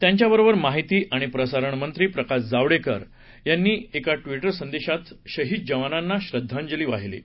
त्याचंबरोबर माहिती आणि प्रसारण मंत्री प्रकाश जावडेकर यांनीही एका ट्विट संदेशाद्वारे शहिद जवानांना श्रद्धांजली वाहिली आहे